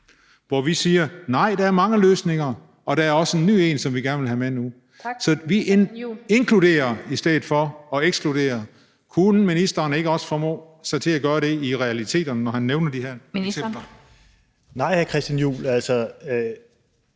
hvor vi siger: Nej, der er mange løsninger. Og der er også en ny en, som vi gerne vil have med nu. Så vi inkluderer i stedet for at ekskludere. Kunne ministeren ikke også formå at få sig selv til i realiteten at gøre det, når han nævner det her? Kl. 16:05 Den fg.